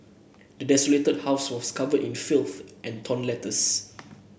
the desolated house was covered in filth and torn letters